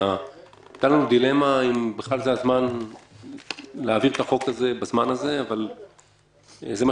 הייתה לנו דילמה אם בכלל זה הזמן להעביר את החוק הזה כעת אבל זה מה